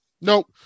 Nope